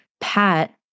Pat